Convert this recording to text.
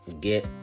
get